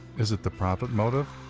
is it the profit motive?